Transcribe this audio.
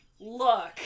look